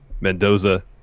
Mendoza